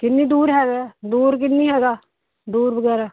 ਕਿੰਨੀ ਦੂਰ ਹੈਗਾ ਦੂਰ ਕਿੰਨੀ ਹੈਗਾ ਦੂਰ ਵਗੈਰਾ